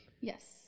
Yes